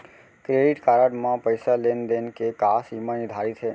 Credit card म पइसा लेन देन के का सीमा निर्धारित हे?